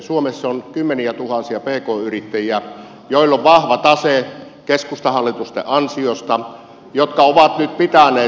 suomessa on kymmeniätuhansia pk yrittäjiä joilla on vahva tase keskustahallitusten ansiosta jotka ovat nyt pitäneet kiinni työvoimastaan